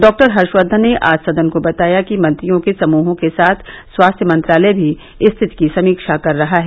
डॉ हर्षकर्वन ने आज सदन को बताया कि मंत्रियों के समूहों के साथ स्वास्थ्य मंत्रालय भी स्थिति की समीक्षा कर रहा है